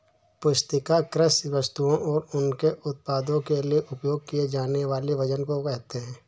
पुस्तिका कृषि वस्तुओं और उनके उत्पादों के लिए उपयोग किए जानेवाले वजन को कहेते है